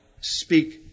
speak